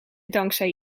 dankzij